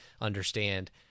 understand